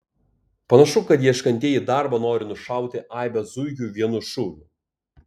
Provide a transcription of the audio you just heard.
panašu kad ieškantieji darbo nori nušauti aibę zuikių vienu šūviu